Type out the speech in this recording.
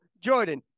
Jordan